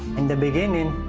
in the beginning,